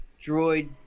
droid